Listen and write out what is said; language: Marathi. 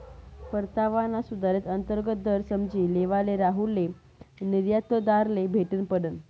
परतावाना सुधारित अंतर्गत दर समझी लेवाले राहुलले निर्यातदारले भेटनं पडनं